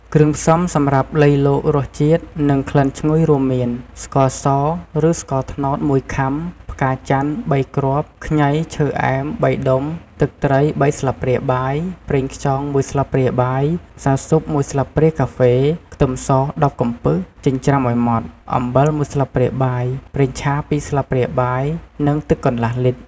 គ្រឿងផ្សំសម្រាប់លៃលករសជាតិ និងក្លិនឈ្ងុយរួមមាន ស្ករស ឬស្ករត្នោត១ ខាំ ផ្កាចន្ទន៍ ៣ គ្រាប់ ខ្ញី ឈើអែម ៣ ដុំ ទឹកត្រី ៣ ស្លាបព្រាបាយ ប្រេងខ្យង ១ ស្លាបព្រាបាយ ម្សៅស៊ុប ១ ស្លាបព្រាកាហ្វេ ខ្ទឹមស ១០ កំពឹស ចិញ្ច្រាំឱ្យម៉ដ្ឋ អំបិល ១ ស្លាបព្រាបាយ ប្រេងឆា ២ ស្លាបព្រាបាយ និង ទឹកកន្លះលីត្រ។